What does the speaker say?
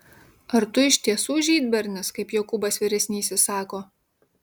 ar tu iš tiesų žydbernis kaip jokūbas vyresnysis sako